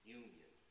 union